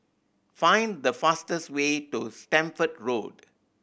find the fastest way to Stamford Road